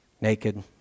naked